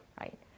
Right